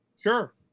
Sure